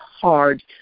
hard